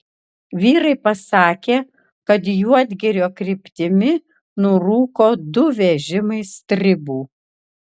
vyrai pasakė kad juodgirio kryptimi nurūko du vežimai stribų